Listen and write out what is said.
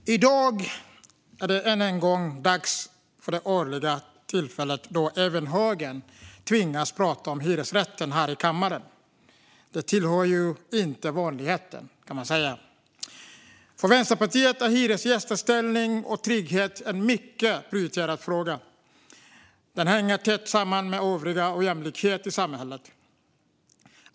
Fru talman! I dag är det än en gång dags för det årliga tillfället då även högern tvingas prata om hyresrätten här i kammaren. Det tillhör ju inte vanligheterna, kan man säga. För Vänsterpartiet är hyresgästers ställning och trygghet en mycket prioriterad fråga. Den hänger tätt samman med övrig ojämlikhet i samhället.